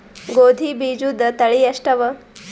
ಗೋಧಿ ಬೀಜುದ ತಳಿ ಎಷ್ಟವ?